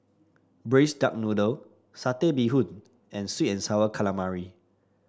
Braised Duck Noodle Satay Bee Hoon and sweet and sour calamari